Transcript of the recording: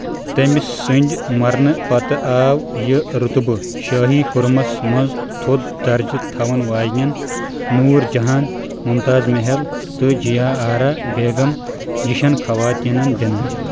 تمہِ سندِ مرنہٕ پتہٕ آو یہِ رطبہٕ شٲہی حرمس منز تھود درجہٕ تھون واجِنین نوٗر جہان ممتاز محل تہٕ جیا آرا بیگم یِشن خواطینن دِنہٕ